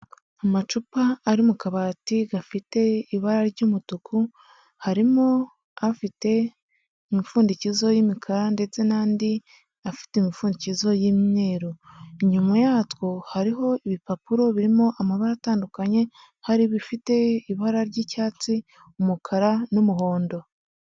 Amacupa ari mu kabati gafite ibara ry'umutuku, harimo afite imipfundikizo y'imikara ndetse n'andi afite imipfundikizo y'imyeru, inyuma yatwo hariho ibipapuro birimo amabara atandukanye, hari ibifite ibara ry'icyatsi, umukara, n'umuhondo.